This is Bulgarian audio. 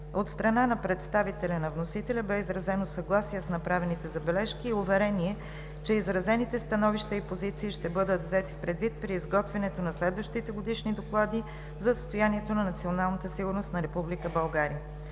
От страна на представителя на вносителя бе изразено съгласие с направените забележки и уверение, че изразените становища и позиции ще бъдат взети предвид при изготвянето на следващите годишни доклади за състоянието на националната сигурност на Република България.